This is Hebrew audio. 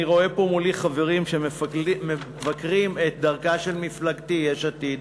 אני רואה פה מולי חברים שמבקרים את דרכה של מפלגתי יש עתיד,